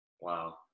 Wow